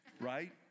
right